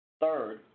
Third